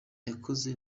wakoze